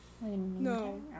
No